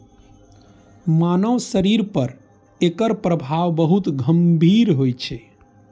मानव शरीर पर एकर प्रभाव बहुत गंभीर होइ छै